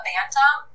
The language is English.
Bantam